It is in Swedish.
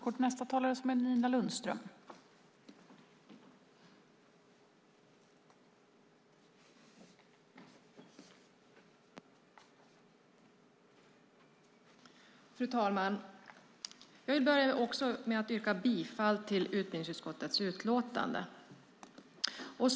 Fru talman! Jag vill börja med att yrka bifall till utbildningsutskottets förslag i utlåtandet.